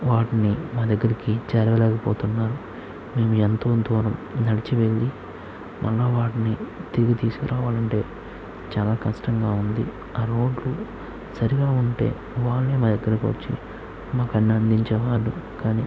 వాటిని మా దగ్గరికి చేరవలేకపోతున్నారు మేము ఎంతో ఎంతో నడిచి వెళ్ళి కొన్నవాటిని తిరిగి తీసుకు రావాలంటే చాల కష్టంగా ఉంది ఆ రోడ్లు సరిగ్గా ఉంటే వాళ్ళే మా దగ్గరకి వచ్చి మాకు అన్ని అందించేవాళ్ళు కానీ